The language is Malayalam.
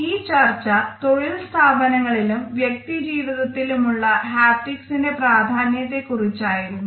ഈ ചർച്ച തൊഴിൽ സ്ഥാപനങ്ങളിലും വ്യക്തി ജീവിതത്തിലും ഉള്ള ഹാപ്റ്റിക്സിന്റെ പ്രാധാന്യത്തെ കുറിച്ച് ആയിരുന്നു